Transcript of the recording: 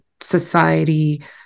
society